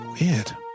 Weird